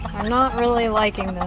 are not really liking um this.